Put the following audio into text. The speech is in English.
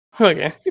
Okay